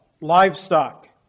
livestock